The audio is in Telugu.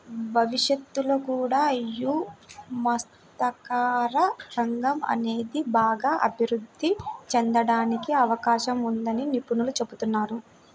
భవిష్యత్తులో కూడా యీ మత్స్యకార రంగం అనేది బాగా అభిరుద్ధి చెందడానికి అవకాశం ఉందని నిపుణులు చెబుతున్నారు